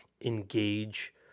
engage